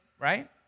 right